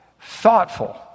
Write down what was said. thoughtful